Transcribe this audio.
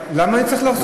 למה אני צריך לחזור בי?